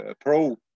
pro